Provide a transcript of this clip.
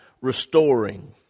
restoring